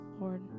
Lord